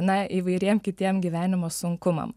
na įvairiem kitiem gyvenimo sunkumam